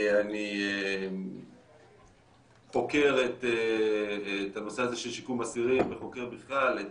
אני חוקר את הנושא הזה של שיקום אסירים וחוקר בכלל את